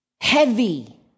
heavy